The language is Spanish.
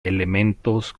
elementos